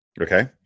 Okay